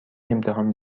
امتحان